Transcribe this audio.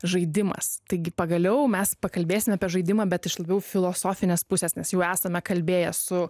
žaidimas taigi pagaliau mes pakalbėsime apie žaidimą bet iš labiau filosofinės pusės nes jau esame kalbėję su